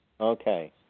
Okay